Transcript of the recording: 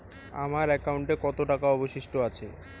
আমার একাউন্টে কত টাকা অবশিষ্ট আছে?